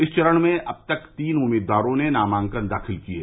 इस चरण में अब तक तीन उम्मीदवारों ने नामांकन दाखिल किये